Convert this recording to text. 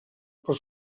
per